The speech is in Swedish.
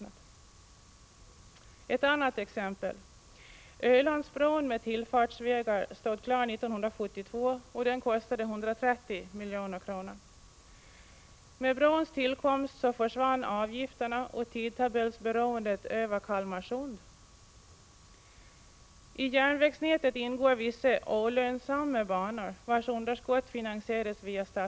Jag har ett annat exempel: Ölandsbron med tillfartsvägar stod klar 1972, och den kostade 130 milj.kr. Med brons tillkomst försvann avgifterna och tidtabellsberoendet över Kalmarsund.